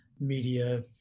media